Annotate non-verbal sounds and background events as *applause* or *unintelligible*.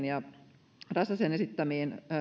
*unintelligible* ja räsänen tässä aiemmin esittämiin